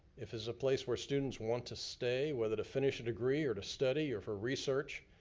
if it's a place where students want to stay, whether to finish a degree or to study, or for research.